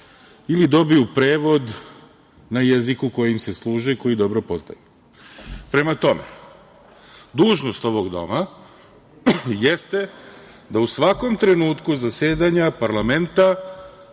ili dobiju prevod na jeziku kojim se služe, koji dobro poznaju. Prema tome, dužnost ovog doma jeste da u svakom trenutku zasedanja parlamenta